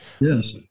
yes